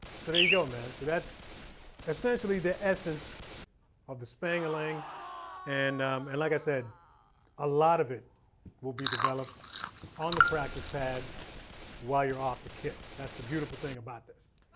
you go, man. so that's essentially the essence of the spang-a-lang and and like i said a lot of it will be developed on the practice pad while you're off the kit. that's the beautiful thing about this.